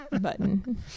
button